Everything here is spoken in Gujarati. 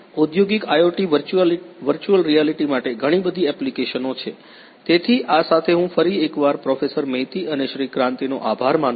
અને Iઔદ્યોગિક IoT વર્ચ્યુઅલ રિયાલિટી માટે ઘણી બધી એપ્લિકેશનો છે તેથી આ સાથે હું ફરી એકવાર પ્રોફેસર મૈતી અને શ્રી ક્રાંતિ નો આભાર માનું છું